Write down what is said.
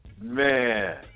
man